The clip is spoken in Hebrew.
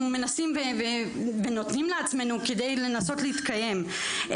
מנסים ונותנים לעצמנו כדי לנסות להתקיים.